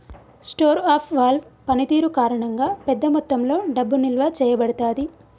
store of valve పనితీరు కారణంగా, పెద్ద మొత్తంలో డబ్బు నిల్వ చేయబడతాది